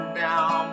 down